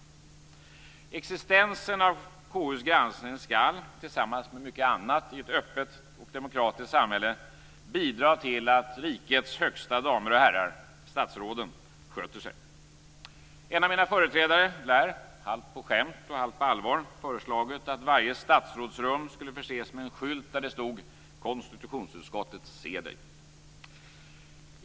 Existensen av KU:s granskning skall tillsammans med mycket annat i ett öppet och demokratiskt samhälle bidra till att rikets högsta damer och herrar, statsråden, sköter sig. En av mina företrädare lär, halvt på skämt, halvt på allvar, ha föreslagit att varje statsrådsrum skulle förses med en skylt där det stod: Konstitutionsutskottet ser dig!